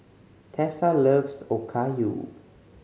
Tessa loves Okayu